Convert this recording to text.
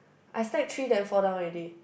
I stack three then fall down already